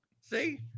See